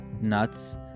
nuts